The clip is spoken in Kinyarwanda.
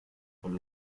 urwo